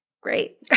Great